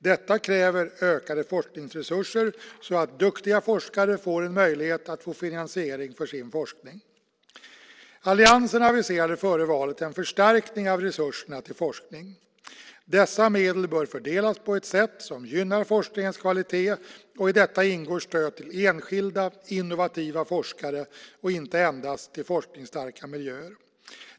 Detta kräver ökade forskningsresurser så att duktiga forskare får en möjlighet att få finansiering för sin forskning. Alliansen aviserade före valet en förstärkning av resurserna till forskningen. Dessa medel bör fördelas på ett sätt som gynnar forskningens kvalitet, och i detta ingår stöd till enskilda innovativa forskare, och inte endast till forskningsstarka miljöer.